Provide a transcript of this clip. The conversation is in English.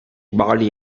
body